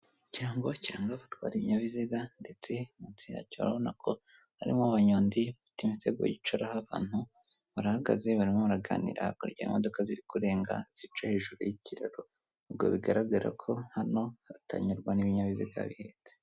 Ikirango kiranga abatwara ibinyabiziga, ndetse munsi yacyo urabona ko harimo abanyonzi bafite imisego yicara aho abantu, bahagaze barimo baraganira, hakurya hari imodoka ziri kurenga zica hejuru y'ikiraro, ubwo bigaragara ko hano hatanyurwa n'ibinyabiziga bihetse.